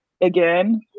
again